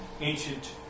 ancient